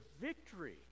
victory